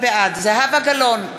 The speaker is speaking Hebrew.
בעד זהבה גלאון,